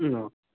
മ്മ് O